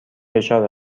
فشار